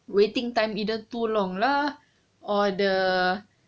waiting time either too long lah or the